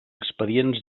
expedients